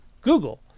Google